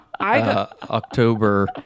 October